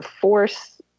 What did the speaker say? force